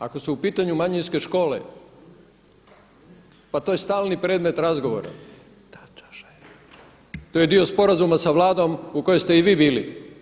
Ako su u pitanju manjinske škole, pa to je stvarni predmet razgovora, to je dio sporazuma sa Vladom u kojoj ste i vi bili.